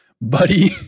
Buddy